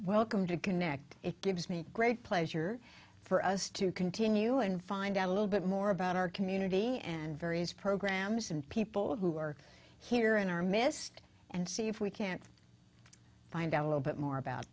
welcome to connect it gives me great pleasure for us to continue and find out a little bit more about our community and various programs and people who are here in our midst and see if we can't find out a little bit more about